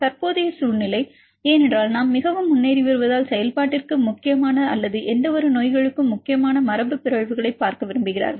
தற்போதைய சூழ்நிலை ஏனென்றால் நாம் மிகவும் முன்னேறி வருவதால் செயல்பாட்டிற்கு முக்கியமான அல்லது எந்தவொரு நோய்களுக்கும் முக்கியமான மரபு பிறழ்வுகளை பார்க்க விரும்புகிறார்கள்